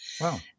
wow